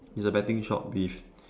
it's a betting shop with